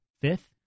Fifth